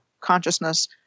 consciousness